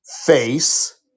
face